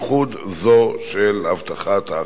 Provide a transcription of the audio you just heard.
בייחוד זו של הבטחת ההכנסה.